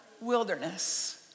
wilderness